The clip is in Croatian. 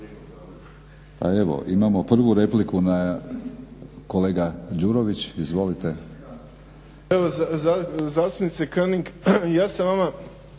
Pa evo, imamo prvu repliku na, kolega Đurović. Izvolite.